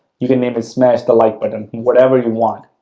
you can name is smash the like button, whatever you want.